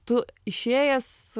tu išėjęs